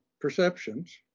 perceptions